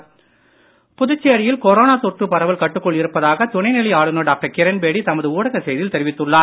கிரன்பேடி புதுச்சேரியில் கொரோனா தொற்று பரவல் கட்டுக்குள் இருப்பதாக துணை நிலை ஆளுனர் டாக்டர் கிரண்பேடி தமது ஊடக செய்தியில் தெரிவித்துள்ளார்